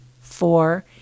four